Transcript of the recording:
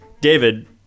David